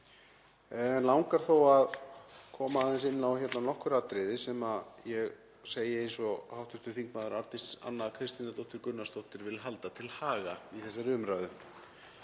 langar þó að koma aðeins inn á nokkur atriði sem ég, eins og hv. þm. Arndís Anna Kristínardóttir Gunnarsdóttir, vil halda til haga í þessari umræðu.